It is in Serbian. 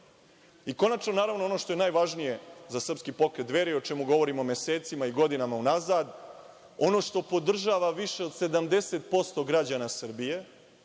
neutarlni. Konačno, naravno, ono što je najvažnije za SP Dveri, o čemu govorimo mesecima i godinama unazad, ono što podržava više od 70% građana Srbije,